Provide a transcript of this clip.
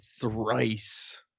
thrice